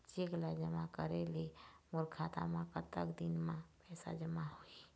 Cheque ला जमा करे ले मोर खाता मा कतक दिन मा पैसा जमा होही?